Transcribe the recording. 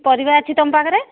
ପରିବା ଅଛି ତୁମ ପାଖରେ